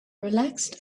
relaxed